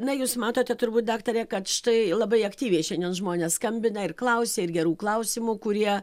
na jūs matote turbūt daktare kad štai labai aktyviai šiandien žmonės skambina ir klausia ir gerų klausimų kurie